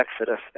Exodus